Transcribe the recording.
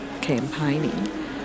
campaigning